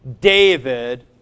David